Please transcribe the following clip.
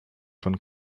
von